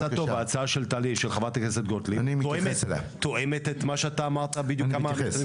הצעת החוק של חה"כ גוטליב תואמת את מה שאתה אמרת קודם.